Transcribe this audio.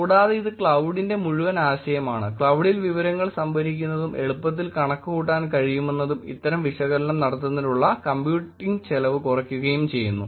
കൂടാതെ ഇത് ക്ലൌഡിന്റെ മുഴുവൻ ആശയമാണ് ക്ലൌഡിൽ വിവരങ്ങൾ സംഭരിക്കുന്നതും എളുപ്പത്തിൽ കണക്കു കൂട്ടാൻ കഴിയുമെന്നതും ഇത്തരം വിശകലനം നടത്തുന്നതിനുള്ള കമ്പ്യൂട്ടിംഗ് ചെലവ് കുറക്കുകയും ചെയ്യുന്നു